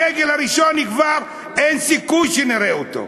הדגל הראשון נקבר, אין סיכוי שנראה אותו.